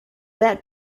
that